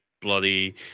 bloody